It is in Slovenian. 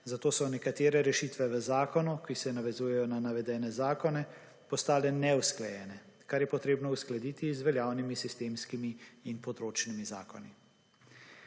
Zato so nekatere rešitve v zakonu, ki se navezujejo na navedene zakone postale neusklajene, kar je treba uskladiti z veljavnimi sistemskimi in področnimi zakoni.